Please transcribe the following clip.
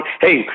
Hey